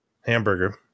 hamburger